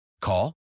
Call